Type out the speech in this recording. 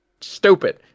stupid